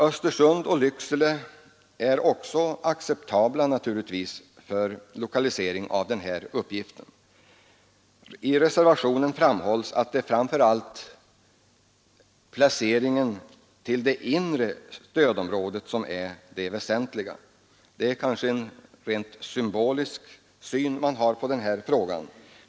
Östersund och Lycksele är naturligtvis också acceptabla för lokalisering av denna uppgift. I reservationen framhålls att det framför allt är placeringen i det inre stödområdet som är väsentlig. Det är kanske en rent symbolisk syn man har på den här frågan.